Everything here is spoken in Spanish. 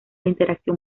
interacción